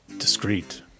Discreet